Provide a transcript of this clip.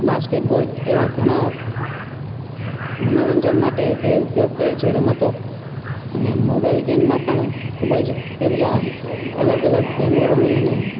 basket બોલ એવા ઘણા મનોરંજન માટે તે ઉપયોગ કરે છે તે રમતો અને મોબાઈલ ગેમમાં પણ ખૂબ જ તે બધા અલગ અલગ ગેમો રમી અને